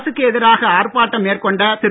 அரசுக்கு எதிராக ஆர்ப்பாட்டம் மேற்கொண்ட திரு